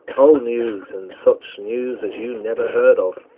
old news, and such news as you never heard of!